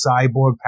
Cyborg